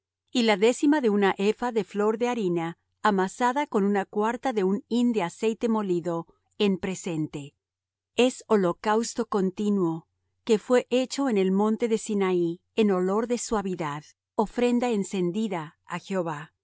y la décima de un epha de flor de harina amasada con una cuarta de un hin de aceite molido en presente es holocausto continuo que fué hecho en el monte de sinaí en olor de suavidad ofrenda encendida á jehová